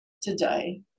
today